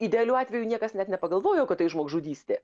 idealiu atveju niekas net nepagalvojo kad tai žmogžudystė